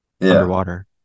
underwater